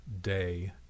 day